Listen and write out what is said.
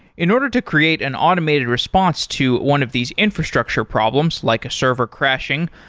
in order to create an automated response to one of these infrastructure problems like a server crashing,